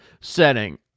setting